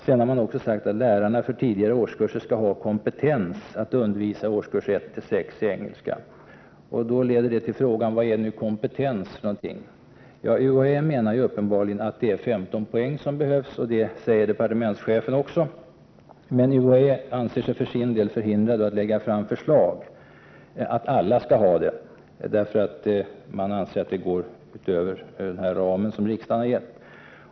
Sedan har man sagt att lärare för tidigare årskurser skall ha kompetens att undervisa årskurserna 1—6 i engelska. Detta leder till frågan: Vad är kompetens? UHÄ menar uppenbarligen att 15 poäng är vad som behövs. Det säger också departementschefen. UHÄ anser sig vara för sin del förhindrat att lägga fram förslag att alla skall ha detta, därför att man anser att det skulle gå utöver den ram som riksdagen har angett.